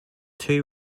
two